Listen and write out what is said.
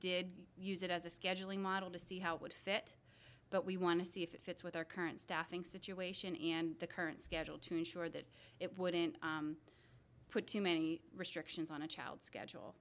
did use it as a scheduling model to see how it would fit but we want to see if it fits with our current staffing situation and the current schedule to ensure that it wouldn't put too many restrictions on a child's schedule